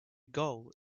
goal